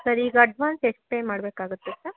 sir ಈಗ advance ಎಷ್ಟು pay ಮಾಡಬೇಕಾಗತ್ತೆ ಸರ್